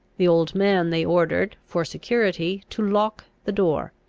the old man they ordered, for security, to lock the door,